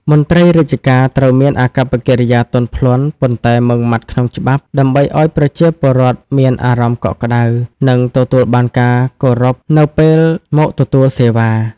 មន្ត្រីរាជការត្រូវមានអាកប្បកិរិយាទន់ភ្លន់ ប៉ុន្តែម៉ឺងម៉ាត់ក្នុងច្បាប់ ដើម្បីឱ្យប្រជាពលរដ្ឋមានអារម្មណ៍កក់ក្តៅ និងទទួលបានការគោរពនៅពេលមកទទួលសេវា។